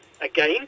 again